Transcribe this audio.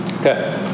Okay